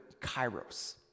kairos